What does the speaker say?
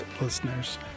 listeners